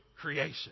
creation